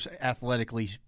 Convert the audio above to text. athletically